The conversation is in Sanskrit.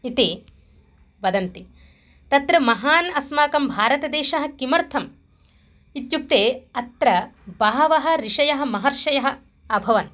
इति वदन्ति तत्र महान् अस्माकं भारतदेशः किमर्थम् इत्युक्ते अत्र बहवः ऋषयः महर्षयः अभवन्